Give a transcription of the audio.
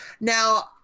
Now